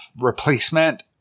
replacement